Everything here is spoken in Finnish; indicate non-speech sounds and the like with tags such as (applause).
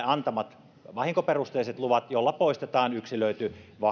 (unintelligible) antamat vahinkoperusteiset luvat joilla poistetaan yksilöity